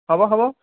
হ'ব হ'ব